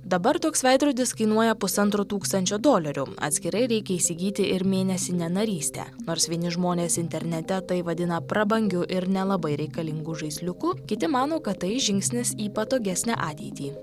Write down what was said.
dabar toks veidrodis kainuoja pusantro tūkstančio dolerių atskirai reikia įsigyti ir mėnesinę narystę nors vieni žmonės internete tai vadina prabangiu ir nelabai reikalingu žaisliuku kiti mano kad tai žingsnis į patogesnę ateitį